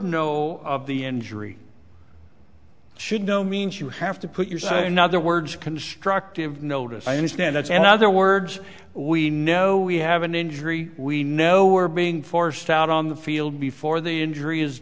know of the injury should know means you have to put yourself in other words constructive notice i understand that's and other words we know we have an injury we know we're being forced out on the field before the injury is